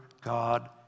God